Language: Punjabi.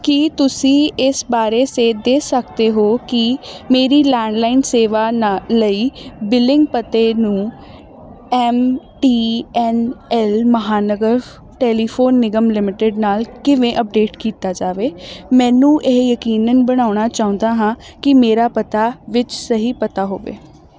ਕੀ ਤੁਸੀਂ ਇਸ ਬਾਰੇ ਸੇਧ ਦੇ ਸਕਦੇ ਹੋ ਕਿ ਮੇਰੀ ਲੈਂਡਲਾਈਨ ਸੇਵਾ ਨਾਲ ਲਈ ਬਿਲਿੰਗ ਪਤੇ ਨੂੰ M T N L Mahanagar telephone Nigam limited ਨਾਲ ਕਿਵੇਂ ਅੱਪਡੇਟ ਕੀਤਾ ਜਾਵੇ ਮੈਨੂੰ ਇਹ ਯਕੀਨਨ ਬਣਾਉਣਾ ਚਾਹੁੰਦਾ ਹਾਂ ਕਿ ਮੇਰਾ ਪਤਾ ਵਿੱਚ ਸਹੀ ਪਤਾ ਹੋਵੇ